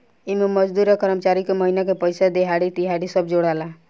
एमे मजदूर आ कर्मचारी के महिना के पइसा, देहाड़ी, तिहारी सब जोड़ाला